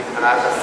גברתי,